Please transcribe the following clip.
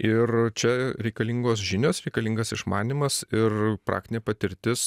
ir čia reikalingos žinios reikalingas išmanymas ir praktinė patirtis